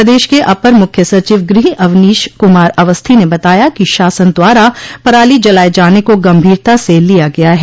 प्रदेश के अपर मुख्य सचिव गृह अवनीश कुमार अवस्थी ने बताया कि शासन द्वारा पराली जलाये जाने को गंभीरता से लिया गया है